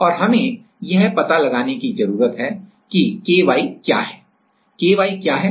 और हमें यह पता लगाने की जरूरत है कि Ky क्या है